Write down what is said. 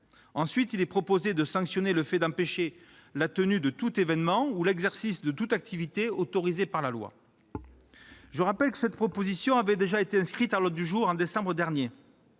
Ensuite, le texte prévoit de sanctionner le fait d'empêcher la tenue de tout évènement ou l'exercice de toute activité autorisée par la loi. Je rappelle que la proposition avait déjà été inscrite à l'ordre du jour de notre